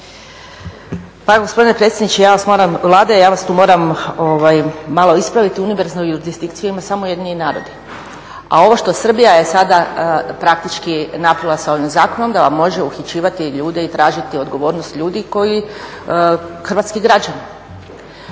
evo gospodine predsjedniče Vlade, ja vas tu moram malo ispraviti. Univerzalnu jurisdikciju ima samo … narod, a ovo što Srbija je sada praktički napravila s ovim zakonom, da vam može uhićivati ljude i tražiti odgovornost ljudi koji su hrvatski građani.